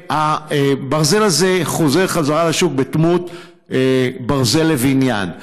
והברזל הזה חוזר חזרה לשוק בדמות ברזל לבניין.